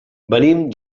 venim